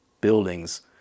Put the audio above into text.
buildings